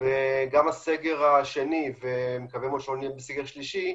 וגם הסגר השני ואני מקווה מאוד שלא נהיה בסגר שלישי,